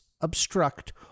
obstruct